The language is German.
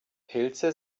pilze